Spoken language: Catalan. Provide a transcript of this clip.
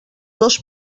dos